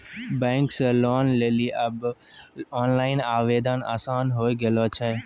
bank से loan लेली आब ओनलाइन आवेदन आसान होय गेलो छै